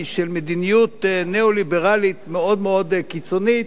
של מדיניות ניאו-ליברלית מאוד מאוד קיצונית,